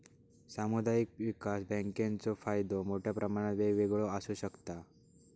सामुदायिक विकास बँकेचो फायदो मोठ्या प्रमाणात वेगवेगळो आसू शकता